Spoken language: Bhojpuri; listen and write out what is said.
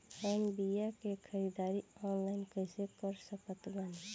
हम बीया के ख़रीदारी ऑनलाइन कैसे कर सकत बानी?